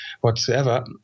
whatsoever